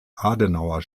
adenauer